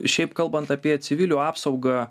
šiaip kalbant apie civilių apsaugą